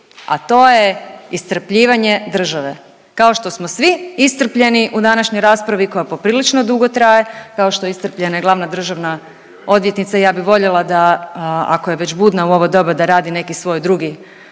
a to je iscrpljivanje države kao što smo svi iscrpljeni u današnjoj raspravi koja poprilično drugo traje, kao što je iscrpljena i glavna državna odvjetnica. Ja bi voljela da ako je već budna u ovo doba da radni neki svoj drugi